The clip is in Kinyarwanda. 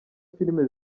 filime